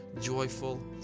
joyful